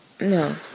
No